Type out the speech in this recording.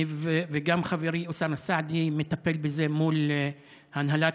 וגם חברי אוסאמה סעדי מטפל בזה מול הנהלת